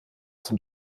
zum